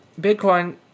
Bitcoin